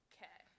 Okay